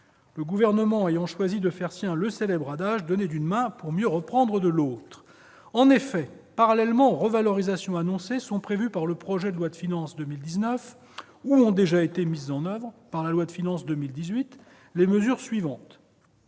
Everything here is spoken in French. le Gouvernement ayant choisi de faire sien le célèbre adage « donner d'une main pour mieux reprendre de l'autre »... En effet, parallèlement aux revalorisations annoncées, différentes mesures sont prévues par le projet de loi de finances pour 2019, ou ont déjà été mises en oeuvre par la loi de finances pour 2018. Concernant